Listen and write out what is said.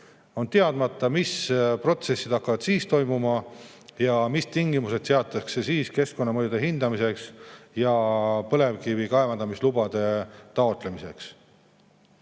On teadmata, mis protsessid hakkavad siis toimuma ja mis tingimused seatakse keskkonnamõju hindamiseks ja põlevkivi kaevandamise lubade taotlemiseks.